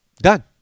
done